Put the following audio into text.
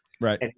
Right